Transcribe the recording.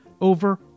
over